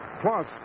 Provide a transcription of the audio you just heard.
plus